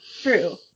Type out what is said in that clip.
True